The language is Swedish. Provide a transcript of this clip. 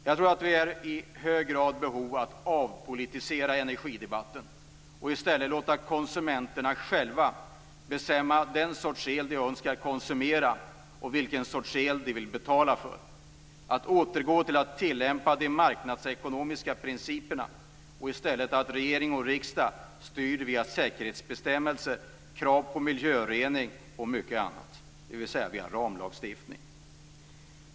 Jag tror att vi i hög grad är i behov av att apolitisera energidebatten och i stället låta konsumenterna själva bestämma vilken sorts el de önskar konsumera och betala för, att återgå till att tillämpa de marknadsekonomiska principerna och att riksdag och regering styr via säkerhetsbestämmelser, krav på miljörening och mycket annat, dvs. via ramlagstiftning.